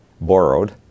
borrowed